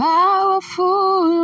Powerful